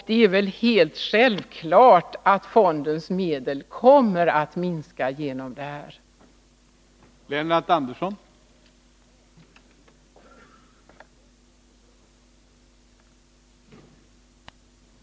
Det är helt självklart att fondens medel kommer att minska till följd av det förslag utskottet framlagt.